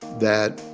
that,